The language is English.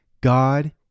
God